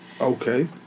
Okay